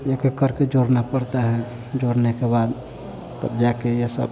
एक एक करके जोड़ना पड़ता है जोड़ने के बाद तब जाकर यह सब